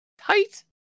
tight